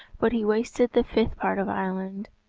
but he wasted the fifth part of ireland,